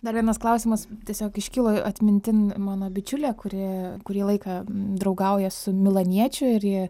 dar vienas klausimas tiesiog iškilo atmintin mano bičiulė kuri kurį laiką draugauja su milaniečiu ir ji